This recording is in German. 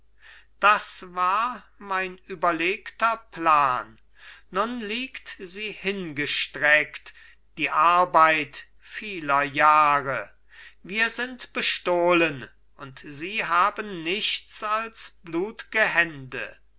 das war mein überlegter plan nun liegt sie hingestreckt die arbeit vieler jahre wir sind bestohlen und sie haben nichts als blutge hände